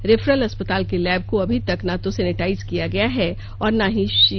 referral अस्पताल के lab को अभी तक ना तो सेनेटाइज किया गया है और ना ही शील